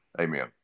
Amen